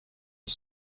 est